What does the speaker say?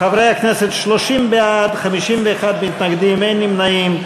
חברי הכנסת, 30 בעד, 51 מתנגדים, אין נמנעים.